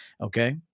Okay